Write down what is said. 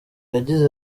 yagize